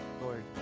Lord